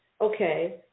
okay